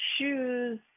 shoes